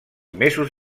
mesos